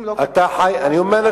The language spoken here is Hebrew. אם לא כתוב, אתה חי, אם כתוב,